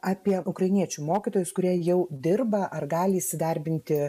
apie ukrainiečių mokytojus kurie jau dirba ar gali įsidarbinti